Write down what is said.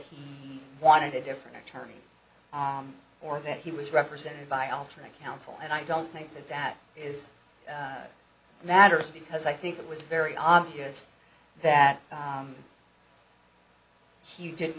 he wanted a different attorney or that he was represented by alternate counsel and i don't think that that is matters because i think it was very obvious that he didn't